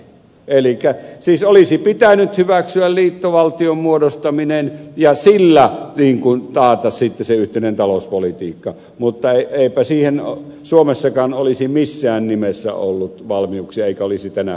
elikkä siis olisi pitänyt hyväksyä liittovaltion muodostaminen ja sillä taata sitten se yhteinen talouspolitiikka mutta eipä siihen suomessakaan olisi missään nimessä ollut valmiuksia eikä olisi tänä päivänäkään